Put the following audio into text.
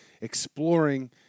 exploring